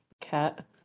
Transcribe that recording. Cat